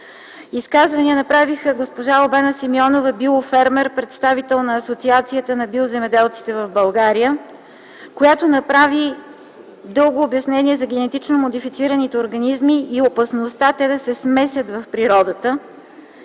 Изказвания направиха госпожа Албена Симеонова – биофермер, представител на Асоциацията на биоземеделците в България, която направи дълго обяснение за генетично модифицираните организми и опасността да се смесят в природата.